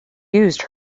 used